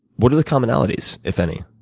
what are the commonalities, if any?